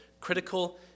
critical